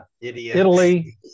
Italy